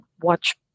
watch